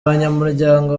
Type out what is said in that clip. banyamuryango